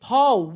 Paul